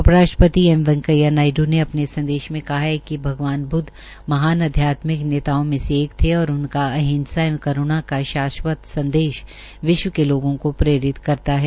उप राष्ट्रपति एम वैकेंया नायड़ू ने अपने संदेश में कहा है कि अगवान बुदव महान आध्यात्मिक नेताओं में से एक थे और उनका अहिंसा एवं करूणा का शास्वत संदेश विश्व के लोगों को प्रेरित करता है